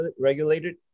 regulated